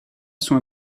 sont